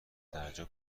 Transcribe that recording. درجا